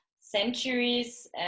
centuries